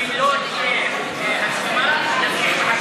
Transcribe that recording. אם לא תהיה הסכמה, נמשיך בחקיקה.